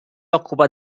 occupa